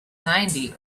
ninety